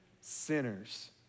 sinners